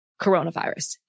coronavirus